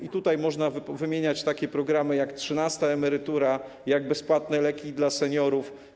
I tutaj można wymieniać takie programy jak: trzynasta emerytura, bezpłatne leki dla seniorów.